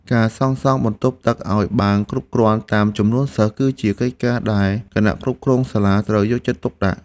ការសាងសង់បន្ទប់ទឹកឱ្យបានគ្រប់គ្រាន់តាមចំនួនសិស្ស គឺជាកិច្ចការដែលគណៈគ្រប់គ្រងសាលាត្រូវយកចិត្តទុកដាក់។